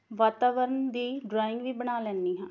ਵਾਤਾਵਰਨ ਦੀ ਡਰਾਇੰਗ ਵੀ ਬਣਾ ਲੈਂਦੀ ਹਾਂ